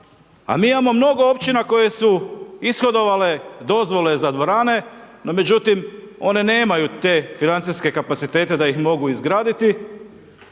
a mi imamo mnogo općina koje su ishodovale dozvole za dvorane, no međutim, oni nemaju te financijske kapacitete da ih mogu izgraditi,